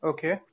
Okay